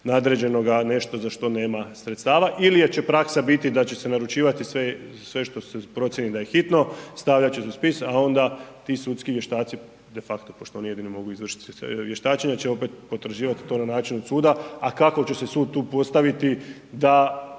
nešto za što nema sredstava ili će praksa biti da će se naručivati sve što se procijeni da je hitno, stavljat će se u spis, a onda ti sudski vještaci de facto pošto oni jedini mogu izvršiti vještačenje će opet potraživati i to na način od suda. A kako će se sud tu postaviti da